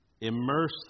Immerse